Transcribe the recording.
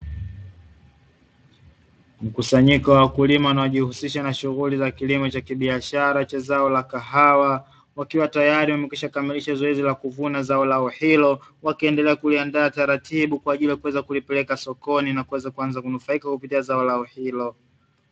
Mkusanyiko wa wakulima wanaojihusisha na shughuli za kilimo cha kibiashara cha zao la kahawa, wakiwa tayari wamekwishakamilisha zoezi la kuvuna zao lao hilo, wakiendelea kuliandaa taratibu kwa ajili ya kuweza kulipeleka sokoni na kuweza kuanza kunufaika kupitia zao lao hilo.